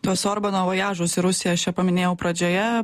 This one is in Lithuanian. tuos orbano vojažus į rusiją aš čia paminėjau pradžioje